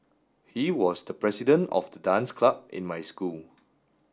he was the president of the dance club in my school